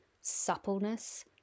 suppleness